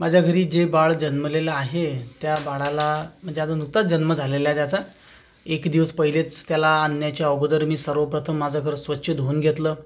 माझ्या घरी जे बाळ जन्मलेलं आहे त्या बाळाला म्हणजे अजून नुकतच जन्म झालेला आहे त्याचा एक दिवस पहिलेच त्याला आणण्याच्या अगोदर मी सर्वप्रथम माझं घर स्वच्छ धुऊन घेतलं